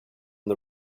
the